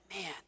man